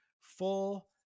full